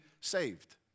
saved